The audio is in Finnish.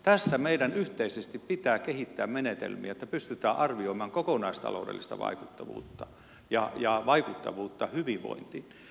tässä meidän yhteisesti pitää kehittää menetelmiä että pystytään arvioimaan kokonaistaloudellista vaikuttavuutta ja vaikuttavuutta hyvinvointiin